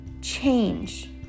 change